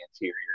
interior